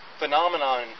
Phenomenon